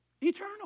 Eternal